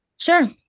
Sure